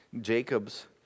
Jacob's